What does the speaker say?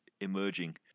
emerging